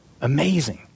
Amazing